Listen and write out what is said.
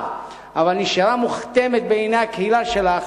אבל נשארה מוכתמת בעיני הקהילה שלה,